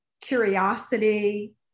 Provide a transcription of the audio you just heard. curiosity